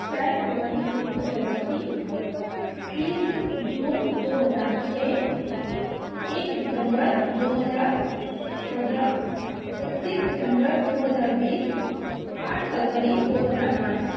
चारि फरवरी उन्नैस सए चौरासी तीस जून दू हजार छओ एक दिसम्बर दू हजार चौदह एकतीस दिसम्बर दू हजार बीस आठ फरवरी दू हजार बाइस